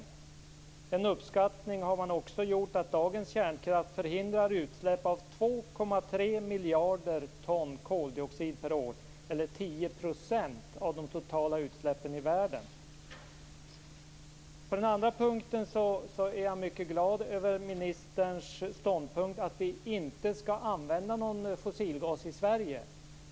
Man har också gjort en uppskattning att dagens kärnkraft förhindrar utsläpp av 2,3 miljarder ton koldioxid per år eller 10 % av de totala utsläppen i världen. På den andra punkten är jag mycket glad över ministerns ståndpunkt att vi inte skall använda någon fossilgas i Sverige.